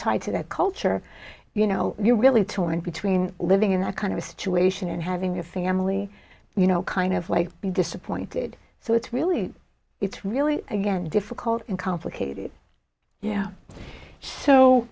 tied to that culture you know you're really torn between living in a kind of situation and having a family you know kind of like be disappointed so it's really it's really again difficult and complicated yeah so